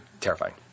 Terrifying